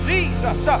Jesus